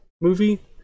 movie